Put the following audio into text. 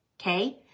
okay